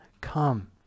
come